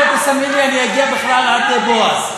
אם לא תסמני לי אני אגיע בכלל עד בועז.